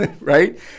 Right